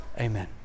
Amen